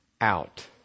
out